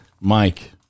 mike